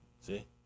see